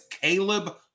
Caleb